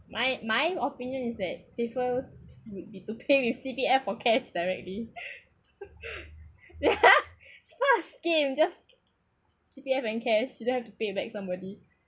my my opinion is that safer would be to pay with C_P_F for cash directly ya first came just C_P_F and cash you don't have to pay but it's somebody